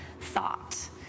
thought